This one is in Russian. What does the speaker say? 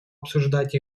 обсуждать